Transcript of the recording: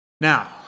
Now